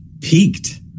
peaked